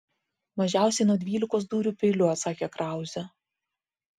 mažiausiai nuo dvylikos dūrių peiliu atsakė krauzė